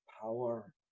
power